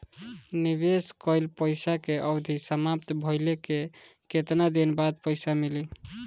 निवेश कइल पइसा के अवधि समाप्त भइले के केतना दिन बाद पइसा मिली?